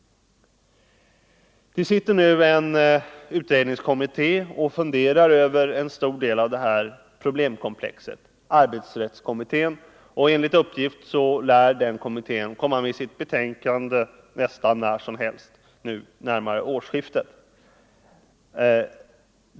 En utredningskommitté, arbetsrättskommittén, funderar just nu över en stor del av detta problemkomplex. Enligt uppgift kommer denna kommitté mycket snart att lägga fram sitt förslag, nämligen omkring det stundande årsskiftet.